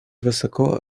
высоко